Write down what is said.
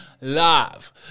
live